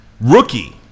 rookie